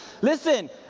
Listen